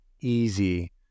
easy